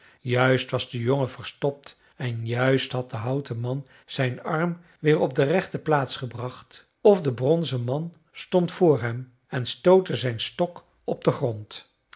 juist was de jongen verstopt en juist had de houten man zijn arm weer op de rechte plaats gebracht of de bronzen man stond voor hem en stootte zijn stok op den grond